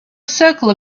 circle